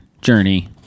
journey